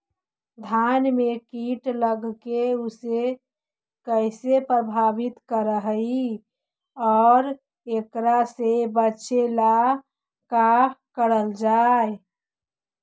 धान में कीट लगके उसे कैसे प्रभावित कर हई और एकरा से बचेला का करल जाए?